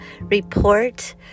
report